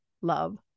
love